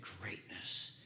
greatness